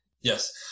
Yes